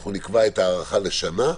אנחנו נקבע את ההארכה לשנה,